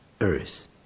earth